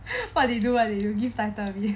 what they what they do give title already